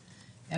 הכרחי.